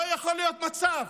לא יכול להיות מצב